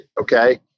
Okay